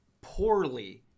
poorly